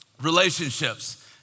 Relationships